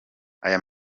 ayo